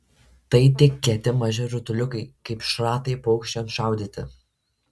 tai tik kieti maži rutuliukai kaip šratai paukščiams šaudyti